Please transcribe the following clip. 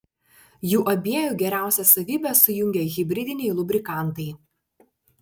jų abiejų geriausias savybes sujungia hibridiniai lubrikantai